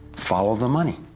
follow the money.